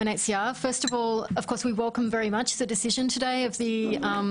קודם כל, כמובן אנחנו מברכים את הדיון היום ביחס